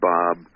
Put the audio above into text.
Bob